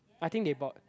I think they bought